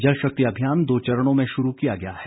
जल शक्ति अभियान दो चरणों में शुरू किया गया है